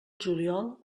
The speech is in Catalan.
juliol